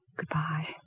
Goodbye